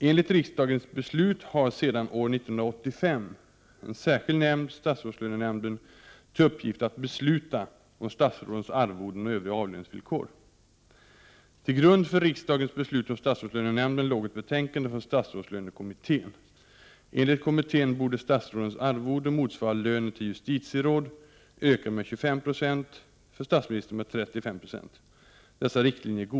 Enligt riksdagens beslut har sedan år 1985 en särskild nämnd — statsrådslönenämnden -— till uppgift att besluta om statsrådens arvoden och övriga avlöningsförmåner.